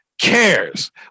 cares